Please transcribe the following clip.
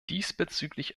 diesbezüglich